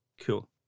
cool